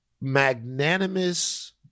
magnanimous